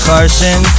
Carson